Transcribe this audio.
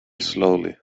slowly